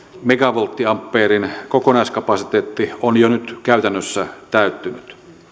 megavolttiampeerin kokonaiskapasiteetti on jo nyt käytännössä täyttynyt